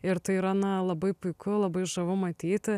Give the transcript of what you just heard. ir tai yra na labai puiku labai žavu matyti